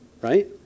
right